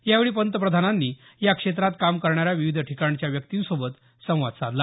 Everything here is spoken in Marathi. यावेळी पंतप्रधानांनी या क्षेत्रात काम करणाऱ्या विविध ठिकाणच्या व्यक्तिंसोबत संवाद साधला